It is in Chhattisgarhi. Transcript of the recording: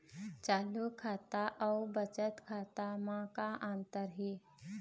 चालू खाता अउ बचत खाता म का अंतर हे?